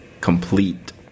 complete